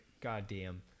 goddamn